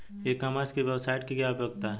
ई commerce की website की क्या उपयोगिता है?